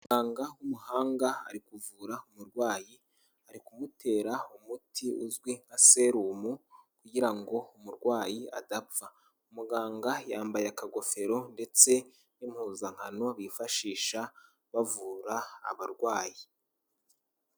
Umuganga w'umuhanga ari kuvura umurwayi, ari kumutera umuti uzwi nka serumu, kugira ngo umurwayi adapfa, umuganga yambaye akagofero ndetse n'impuzankano bifashisha bavura abarwayi.